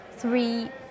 Three